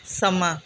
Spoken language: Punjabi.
ਸਮਾਂ